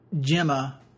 Gemma